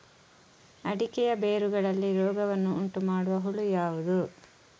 ಅಡಿಕೆಯ ಬೇರುಗಳಲ್ಲಿ ರೋಗವನ್ನು ಉಂಟುಮಾಡುವ ಹುಳು ಯಾವುದು?